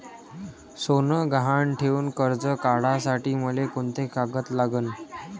सोनं गहान ठेऊन कर्ज काढासाठी मले कोंते कागद लागन?